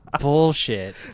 bullshit